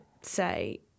say